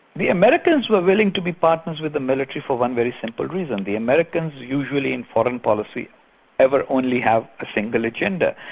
the americans were willing to be partners with the military for one very simple reason the americans usually in foreign policy ever only have a single agenda.